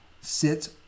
sits